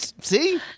See